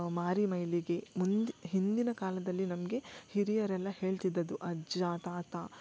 ಮಾರಿ ಮೈಲಿಗೆ ಮುಂದ ಹಿಂದಿನ ಕಾಲದಲ್ಲಿ ನಮಗೆ ಹಿರಿಯರೆಲ್ಲ ಹೇಳ್ತಿದ್ದದ್ದು ಅಜ್ಜ ತಾತ